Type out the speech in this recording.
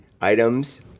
items